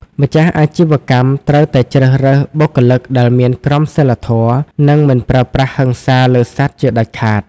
ម្ចាស់អាជីវកម្មត្រូវតែជ្រើសរើសបុគ្គលិកដែលមានក្រមសីលធម៌ និងមិនប្រើប្រាស់ហិង្សាលើសត្វជាដាច់ខាត។